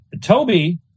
Toby